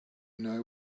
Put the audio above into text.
know